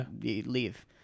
leave